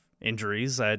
injuries